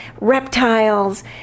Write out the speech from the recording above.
reptiles